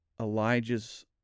Elijah's